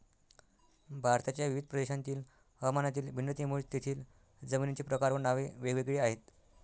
भारताच्या विविध प्रदेशांतील हवामानातील भिन्नतेमुळे तेथील जमिनींचे प्रकार व नावे वेगवेगळी आहेत